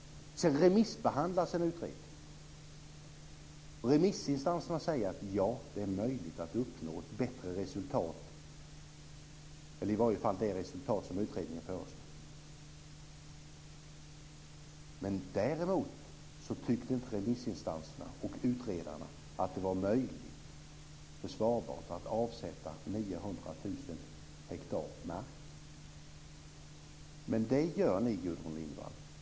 Sedan remissbehandlas en utredning. Remissinstanserna sade att det var möjligt att uppnå ett bättre resultat, eller i alla fall det resultat som utredningen föreslagit. Men däremot tyckte inte remissinstanserna och utredarna att det var möjligt och försvarbart att avsätta 900 000 hektar mark. Men det gör ni, Gudrun Lindvall.